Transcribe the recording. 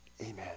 Amen